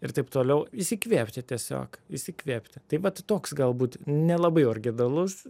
ir taip toliau įsikvėpti tiesiog įsikvėpti tai vat toks galbūt nelabai originalus